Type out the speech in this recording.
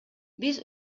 биз